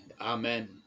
Amen